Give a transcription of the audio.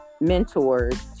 mentors